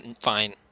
Fine